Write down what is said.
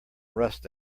rust